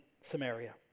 Samaria